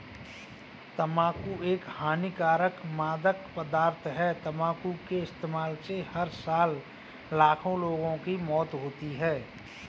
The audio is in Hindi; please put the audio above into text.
तंबाकू एक हानिकारक मादक पदार्थ है, तंबाकू के इस्तेमाल से हर साल लाखों लोगों की मौत होती है